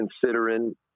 considering